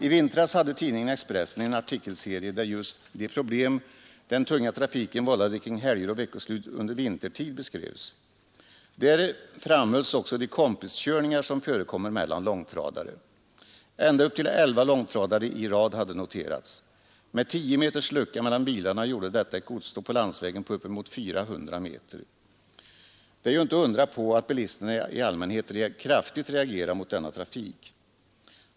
I vintras hade tidningen Expressen en artikelserie där just de problem den tunga trafiken vållade kring helger och veckoslut under vintertid beskrevs. Där framhölls också de kompis körningar som förekommer mellan långtradare. Ända upp till elva långtradare i rad hade noterats. Med tio meters lucka mellan bilarna utgjorde dessa ett godståg på landsvägen på uppemot 400 m. Det är inte att undra på att bilisterna i allmänhet kraftigt reagerar mot denna trafik.